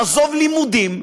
לעזוב לימודים.